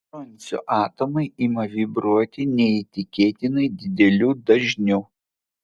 stroncio atomai ima vibruoti neįtikėtinai dideliu dažniu